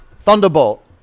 Thunderbolt